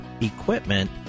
equipment